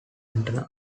antenna